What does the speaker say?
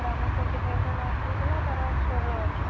sir ଆମର twenty five ର mark ହେଇଥିଲା ତା'ର ଷୋହଳ ଅଛି